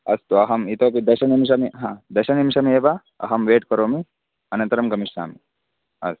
अस्तु अहम् इतोऽपि दशनिमिषमे ह दशनिमिषमेव अहं वेयिट् करोमि अनन्तरं गमिष्यामि अस्तु